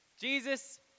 Jesus